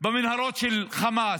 במנהרות של חמאס,